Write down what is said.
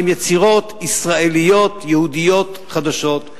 הם יצירות ישראליות יהודיות חדשות,